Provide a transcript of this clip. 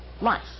life